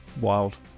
Wild